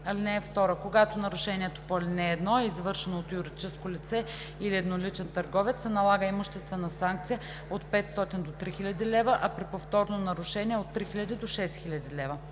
лв. (2) Когато нарушението по ал. 1 е извършено от юридическо лице или едноличен търговец, се налага имуществена санкция от 500 до 3000 лв., а при повторно нарушение – от 3000 до 6000 лв.“